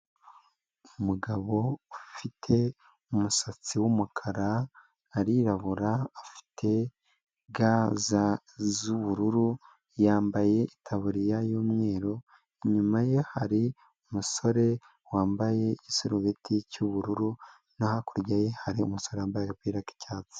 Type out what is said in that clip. Umugabo ufite umusatsi w'umukara, arirabura, afite ga z'ubururu, yambaye itaburiya y'umweru, inyuma ye hari umusore wambaye igiserubeti cy'ubururu, no hakurya ye hari umusore wambaye apiga k'icyatsi.